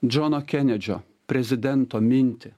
džono kenedžio prezidento mintį